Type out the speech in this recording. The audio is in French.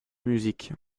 musique